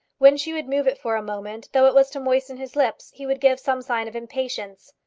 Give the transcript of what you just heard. when she would move it for a moment, though it was to moisten his lips, he would give some sign of impatience.